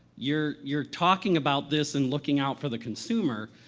you're you're talking about this and looking out for the consumer,